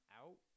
out